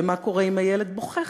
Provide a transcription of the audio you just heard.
ומה קורה אם הילד בוכה,